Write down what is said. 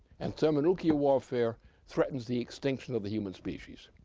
and thermonuclear warfare threatens the extinction of the human species.